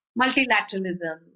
multilateralism